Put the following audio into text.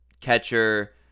catcher